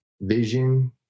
vision